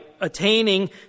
attaining